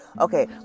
Okay